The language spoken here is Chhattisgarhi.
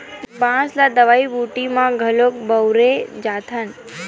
बांस ल दवई बूटी म घलोक बउरे जाथन